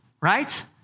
right